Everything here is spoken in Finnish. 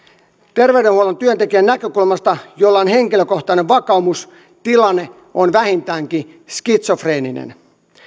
terveydenhuollon työntekijän näkökulmasta jolla on henkilökohtainen vakaumus tilanne on vähintäänkin skitsofreeninen